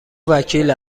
وکیل